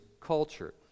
culture